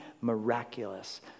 miraculous